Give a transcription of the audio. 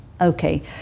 Okay